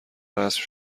رسم